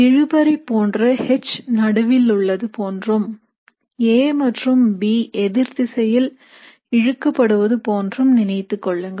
இழுபறி போன்று H நடுவில் உள்ளது போன்றும் A மற்றும் B எதிர்த்திசையில் இழுக்கப்படுவது போன்றும் நினைத்துக் கொள்ளுங்கள்